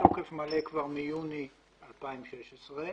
כבר מיוני 2016,